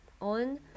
on